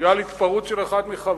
בגלל התפרעות של אחד מחבריהם,